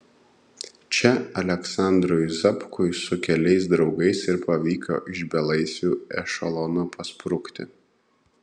čia aleksandrui zapkui su keliais draugais ir pavyko iš belaisvių ešelono pasprukti